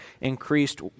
increased